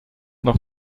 noch